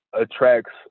attracts